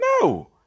No